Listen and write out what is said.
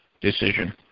decision